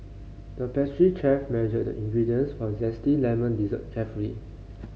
the pastry chef measured ingredients for a zesty lemon dessert carefully